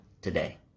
today